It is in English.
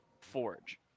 Forge